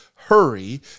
hurry